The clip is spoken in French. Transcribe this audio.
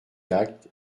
actes